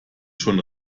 schon